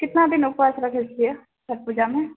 कितना दिन उपवास रखै छिऐ छठि पूजामे